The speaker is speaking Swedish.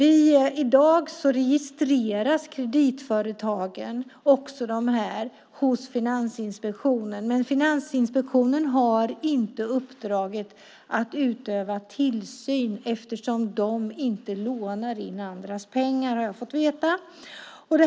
I dag registreras kreditföretagen, även sms-långivarna, hos Finansinspektionen, men Finansinspektionen har inte uppdraget att utöva tillsynen eftersom dessa inte lånar in andras pengar, har jag fått veta.